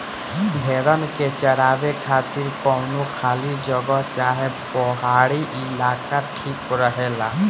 भेड़न के चरावे खातिर कवनो खाली जगह चाहे पहाड़ी इलाका ठीक रहेला